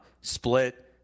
split